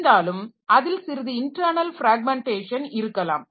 இருந்தாலும் அதில் சிறிது இன்டர்ணல் பிராக்மெண்டேஷன் இருக்கலாம்